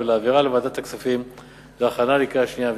ולהעבירה לוועדת הכספים להכנה לקריאה שנייה ושלישית.